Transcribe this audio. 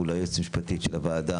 ואולי היועצת המשפטית של הוועדה,